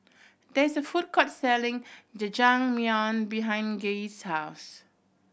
there is a food court selling Jajangmyeon behind Gee's house